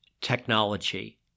technology